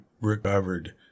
recovered